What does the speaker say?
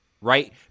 right